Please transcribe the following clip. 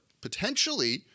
potentially